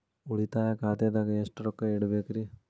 ಉಳಿತಾಯ ಖಾತೆದಾಗ ಎಷ್ಟ ರೊಕ್ಕ ಇಡಬೇಕ್ರಿ?